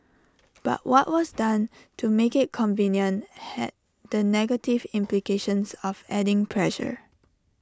but what was done to make IT convenient had the negative implications of adding pressure